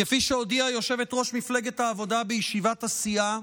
כפי שהודיעה יושבת-ראש מפלגת העבודה בישיבת הסיעה,